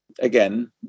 again